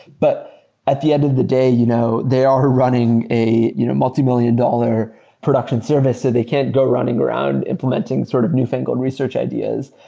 but at the end of the day, you know they are running a you know multimillion dollar production service. so ah they can't go running around implementing sort of newfangled research ideas.